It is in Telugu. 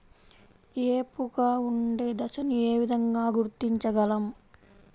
ఏపుగా ఉండే దశను ఏ విధంగా గుర్తించగలం?